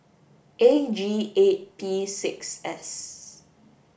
A G eight P six S